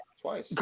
Twice